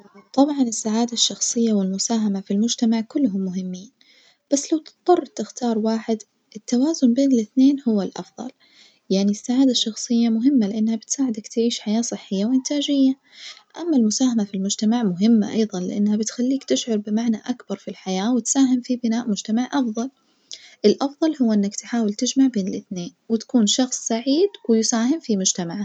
طبعًا السعادة الشخصية والمساهمة في المجتمع كلهم مهمين، بس لو تضطر تختار واحد التوازن بين الاثنين هو الأفضل يعني السعادة الشخصية مهمة لإنها بتساعدك تعيش حياة صحية وإنتاجية، أما المساهمة في المجتمع مهمة أيضا لإنها بتخليك تشعر بمعني أكبرفي الحياة و تساهم في بناء محتمع أفظل، الأفظل هو إنك تحاول تجمع بين الاثنين وتكون شخص سعيد ويساهم في مجتمعه.